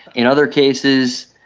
in other cases,